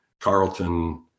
Carlton